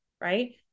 Right